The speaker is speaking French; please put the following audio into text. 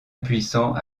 impuissants